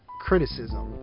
criticism